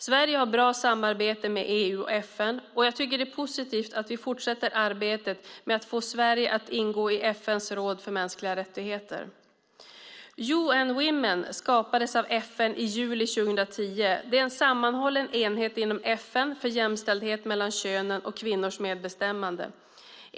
Sverige har bra samarbeten med EU och FN. Jag tycker det är positivt att vi fortsätter arbetet med att få Sverige att ingå i FN:s råd för mänskliga rättigheter. UN Women skapades av FN i juli 2010. Det är en sammanhållen enhet inom FN för jämställdhet mellan könen och kvinnors medbestämmande.